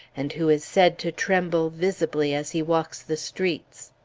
and who is said to tremble visibly as he walks the streets.